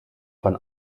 von